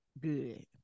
good